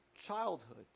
childhood